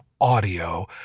audio